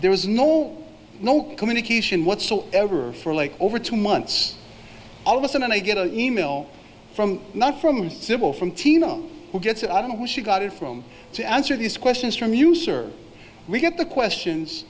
there was no no communication whatsoever for like over two months all of us and i get an e mail from not from civil from tina who gets it i don't want she got it from to answer these questions from you sir we got the questions